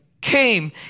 came